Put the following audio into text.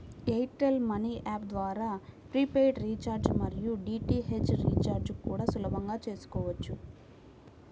air tell money app ద్వారా prepaid recharge మరియు DTH recharge కూడా సులభంగా చేసుకోవచ్చు